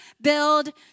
build